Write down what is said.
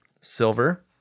silver